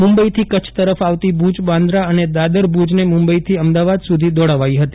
મુંબઈથી કચ્છ તરફ આવતી ભુજ બાન્દ્રા અને દાદર ભુજને મુંબઈથી અમદાવાદ સુધી દોડાવાઈ ફતી